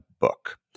book